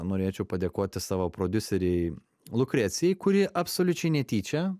norėčiau padėkoti savo prodiuserei lukrecijai kuri absoliučiai netyčia